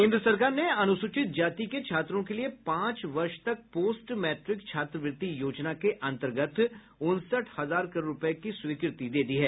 केन्द्र सरकार ने अनुसूचित जाति के छात्रों के लिए पांच वर्ष तक पोस्ट मैट्रिक छात्रवृत्ति योजना के अंतर्गत उनसठ हजार करोड रुपये की स्वीकृति दे दी है